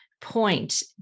point